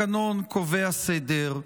התקנון קובע סדר.